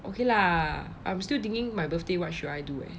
okay lah I'm still thinking my birthday what should I do